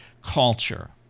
culture